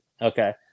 Okay